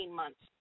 months